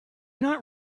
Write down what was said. not